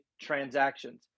transactions